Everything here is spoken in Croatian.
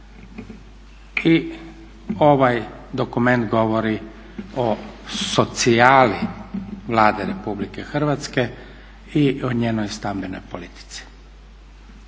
I ovaj dokument govori o socijali Vlade Republike Hrvatske i o njenoj stambenoj politici.